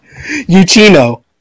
Uchino